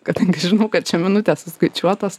kadangi žinau kad šia minutės suskaičiuotos